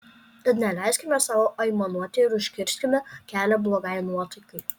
tad neleiskime sau aimanuoti ir užkirskime kelią blogai nuotaikai